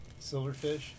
silverfish